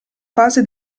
fase